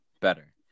better